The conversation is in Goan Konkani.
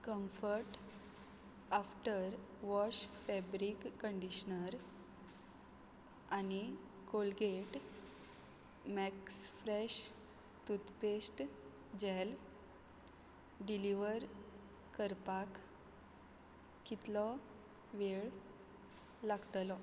comfort after wash fabric conditioner आनी Colgate max fresh toothpaste gel deliver करपाक कितलो वेळ लागतलो